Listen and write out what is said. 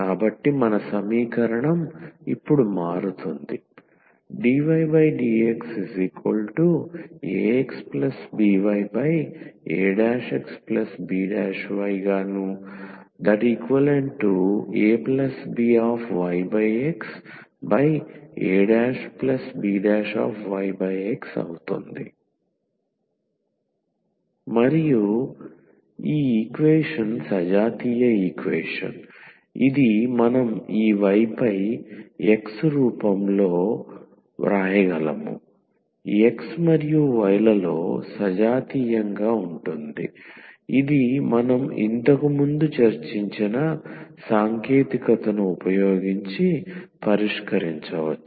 కాబట్టి మన సమీకరణం ఇప్పుడు మారుతుంది ⟹dYdXaXbYaXbYabYXabYX మరియు ఈ ఈక్వేషన్ సజాతీయ ఈక్వేషన్ ఇది మనం ఈ Y పై X రూపంలో వ్రాయగలము X మరియు Y లలో సజాతీయంగా ఉంటుంది ఇది మనం ఇంతకుముందు చర్చించిన సాంకేతికతను ఉపయోగించి పరిష్కరించవచ్చు